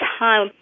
time